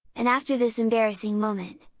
and after this embarrassing moment,